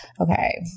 Okay